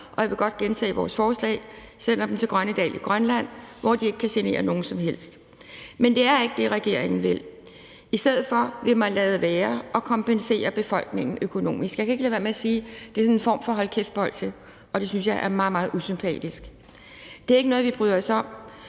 og jeg vil godt gentage vores forslag, at de bliver sendt til Grønnedal i Grønland, hvor de ikke kan genere nogen som helst. Men det er ikke det, regeringen vil. I stedet for vil man lade være og kompensere befolkning økonomisk. Jeg kan ikke lade være med at sige, at det er en form for hold kæft-bolsje, og det synes jeg er meget, meget usympatisk. Det er ikke noget, vi bryder os om,